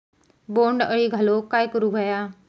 बोंड अळी घालवूक काय करू व्हया?